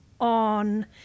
on